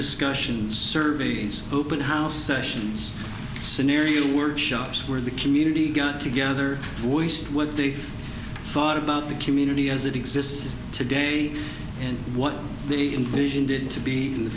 discussions surveys open house sessions scenario workshops where the community got together waste what they thought about the community as it exists today and what the invasion did to be in the